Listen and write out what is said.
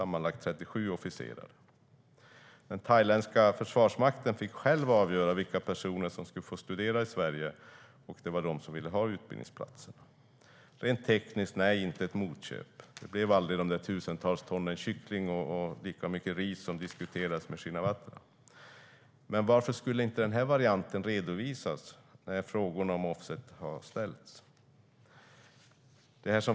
Den thailändska försvarsmakten fick själv avgöra vilka personer som skulle få studera i Sverige, och det var de som ville ha utbildningsplatserna. Rent tekniskt är det inte ett motköp. Det blev aldrig de tusentals ton kyckling eller lika stora rismängder som diskuterades med Shinawatra. Men varför skulle inte denna variant redovisas när frågorna om offsets ställdes?